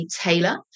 Taylor